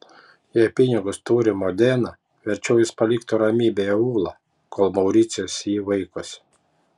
jei pinigus turi modena verčiau jis paliktų ramybėje ulą kol mauricijus jį vaikosi